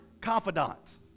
confidants